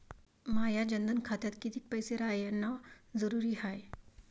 माया जनधन खात्यात कितीक पैसे रायन जरुरी हाय?